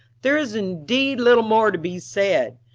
there is indeed little more to be said.